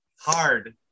hard